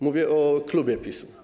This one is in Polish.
Mówię o klubie PiS.